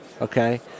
okay